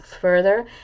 further